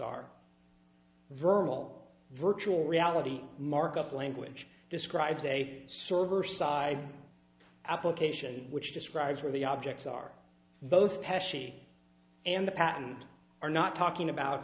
are virtual virtual reality markup language describes a server side application which describes where the objects are both pass and the patent are not talking about